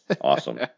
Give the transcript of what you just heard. awesome